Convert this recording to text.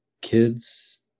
kids